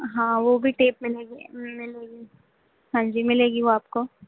ہاں وہ بھی ٹیپ ملیں گے ملے گی ہاں جی ملے گی وہ آپ کو